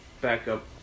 backup